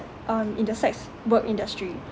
um in the sex work industry